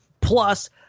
Plus